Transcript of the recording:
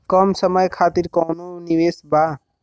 कम समय खातिर कौनो निवेश बा?